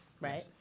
right